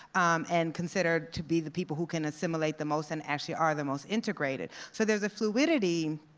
um and considered to be the people who can assimilate the most and actually are the most integrated. so there's a fluidity,